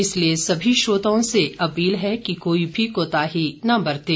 इसलिए सभी श्रोताओं से अपील है कि कोई भी कोताही न बरतें